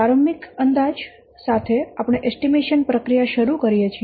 પ્રારંભિક અંદાજ સાથે આપણે એસ્ટીમેશન પ્રક્રિયા શરૂ કરીએ છીએ